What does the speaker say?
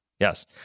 Yes